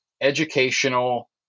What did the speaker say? educational